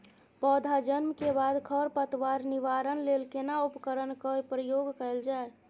पौधा जन्म के बाद खर पतवार निवारण लेल केना उपकरण कय प्रयोग कैल जाय?